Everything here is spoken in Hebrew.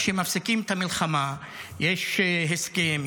כשמפסיקים את המלחמה יש הסכם,